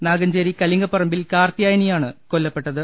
നാഗഞ്ചേരി കല്ലിംഗപറമ്പിൽ കാർത്ത്യായനിയാണ് കൊല്ലപ്പെട്ടത്